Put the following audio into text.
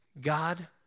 God